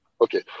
Okay